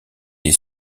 est